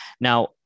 Now